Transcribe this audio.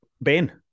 Ben